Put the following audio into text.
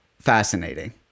fascinating